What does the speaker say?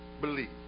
believe